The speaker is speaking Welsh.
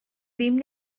ddim